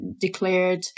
declared